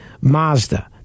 Mazda